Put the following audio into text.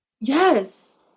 Yes